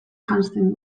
janzten